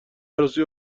عروسی